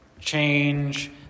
change